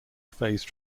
phase